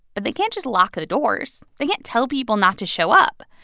but they can't just lock the doors. they can't tell people not to show up.